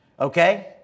okay